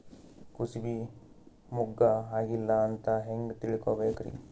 ಕೂಸಬಿ ಮುಗ್ಗ ಆಗಿಲ್ಲಾ ಅಂತ ಹೆಂಗ್ ತಿಳಕೋಬೇಕ್ರಿ?